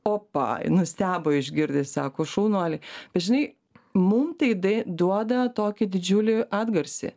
opa nustebo išgirdęs sako šaunuoliai žinai mum tai duoda tokį didžiulį atgarsį